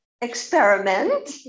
experiment